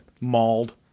mauled